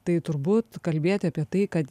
tai turbūt kalbėti apie tai kad